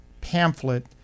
pamphlet